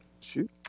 shoot